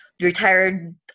Retired